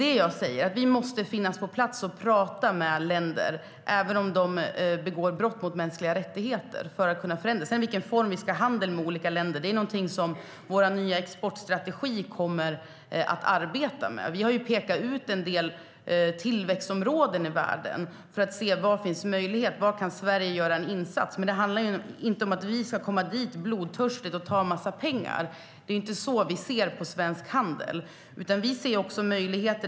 Det jag säger är att vi måste finnas på plats och prata med länder, även om de begår brott mot mänskliga rättigheter, för att kunna förändra. Det handlar inte om att vi ska komma dit och blodtörstigt ta en massa pengar. Det är inte så vi ser på svensk handel, utan vi ser också möjligheter.